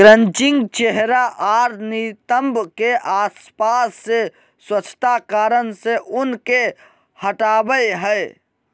crutching चेहरा आर नितंब के आसपास से स्वच्छता कारण से ऊन के हटावय हइ